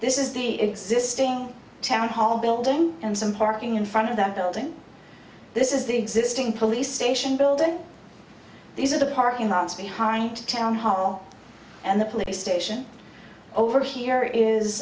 this is the existing town hall building and some parking in front of the building this is the existing police station building these are the parking lot behind town hall and the police station over here is